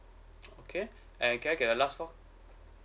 okay and can I get the last four